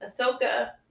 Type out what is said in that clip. Ahsoka